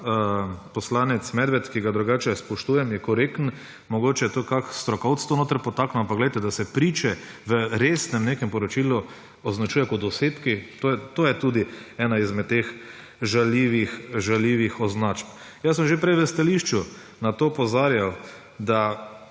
poslanec Medved, ki ga drugače spoštujem, je korekten, mogoče je to kakšen strokovni sodelavec noter podtaknil, ampak glejte, da se priče v nekem resnem poročilu označujejo kot osebki, to je tudi ena izmed teh žaljivih označb. Že prej v stališču sem na to opozarjal, da